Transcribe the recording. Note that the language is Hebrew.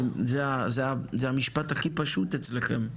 זה המשפט הכי פשוט אצלכם,